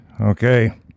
okay